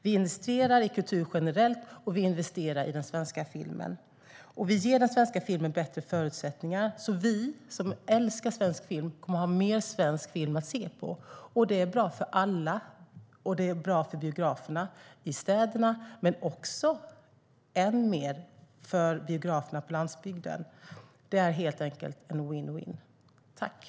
Vi investerar i kultur generellt, och vi investerar i den svenska filmen. Vi ger den svenska filmen bättre förutsättningar, så att vi som älskar svensk film kommer att ha mer svensk film att se på. Det är bra för alla. Det är bra för biograferna i städerna men än mer för biograferna på landsbygden. Det är helt enkelt en vinn-vinnsituation.